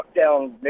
lockdown